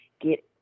get